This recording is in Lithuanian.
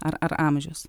ar ar amžius